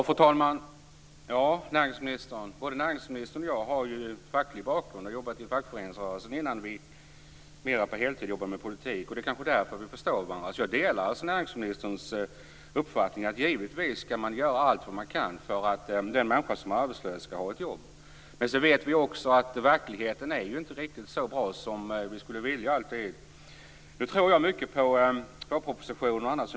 Fru talman! Både näringsministern och jag har ju facklig bakgrund. Vi har jobbat i fackföreningsrörelsen innan vi mer på heltid började jobba med politik. Det kanske är därför som vi förstår varandra. Jag delar alltså näringsministerns uppfattning. Givetvis skall man göra allt man kan för att den människa som är arbetslös skall få ett jobb. Men vi vet också att verkligheten inte alltid är riktigt så bra som vi skulle vilja. Nu tror jag mycket på vårpropositionen och annat.